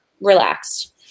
relaxed